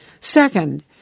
Second